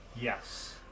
Yes